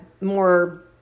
more